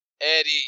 Eddie